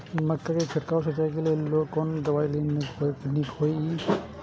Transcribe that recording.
मक्का के छिड़काव सिंचाई के लेल कोन दवाई नीक होय इय?